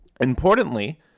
Importantly